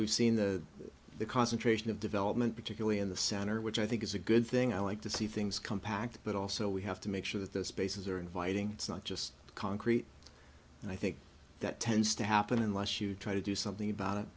we've seen the concentration of development particularly in the center which i think is a good thing i like to see things compact but also we have to make sure that the spaces are inviting it's not just concrete and i think that tends to happen unless you try to do something about it